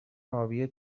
آبی